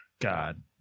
God